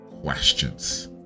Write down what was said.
questions